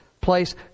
place